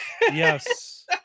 Yes